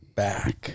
back